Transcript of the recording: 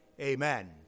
amen